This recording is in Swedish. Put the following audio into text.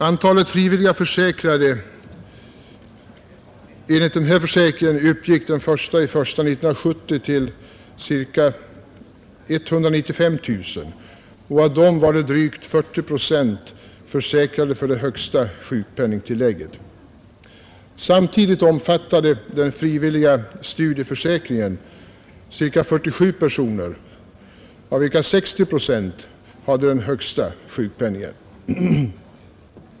Antalet frivilligt försäkrade uppgick den 1 januari 1970 till ca 195 000, och av dem var drygt 40 procent försäkrade för det högsta sjukpenningtillägget. Samtidigt omfattade den frivilliga studerandeförsäkringen ca 47 000 personer, av vilka 60 procent hade den högsta sjukpenningen.